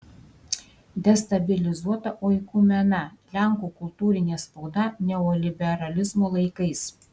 destabilizuota oikumena lenkų kultūrinė spauda neoliberalizmo laikais